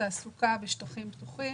תעסוקה ושטחים פתוחים.